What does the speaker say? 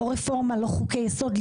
לא רפורמה ולא חוקי יסוד.